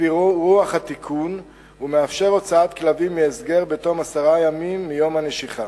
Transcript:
על-פי רוח התיקון ומאפשר הוצאת כלבים מהסגר בתום עשרה ימים מיום הנשיכה.